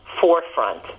forefront